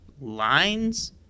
lines